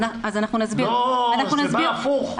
זה בא הפוך.